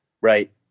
Right